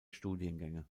studiengänge